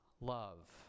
love